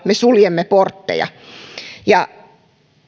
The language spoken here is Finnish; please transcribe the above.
me suljemme portteja